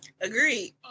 Agreed